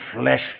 flesh